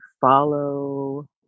follow